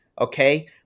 okay